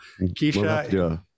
Keisha